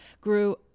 grew